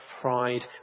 pride